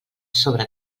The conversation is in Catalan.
sobre